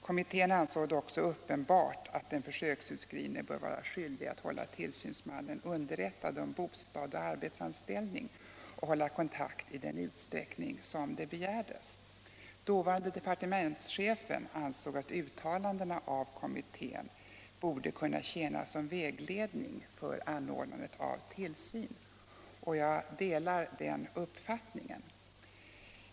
Kommittén ansåg det också uppenbart att den försöksutskrivne bör vara skyldig att hålla tillsynsmannen underrättad om bostad och arbetsanställning och hålla kontakt i den utsträckning som begärdes. Dåvarande departementschefen ansåg att uttalandena av kommittén borde kunna tjäna som vägledning för anordnandet av tillsyn, och jag delar den uppfattningen.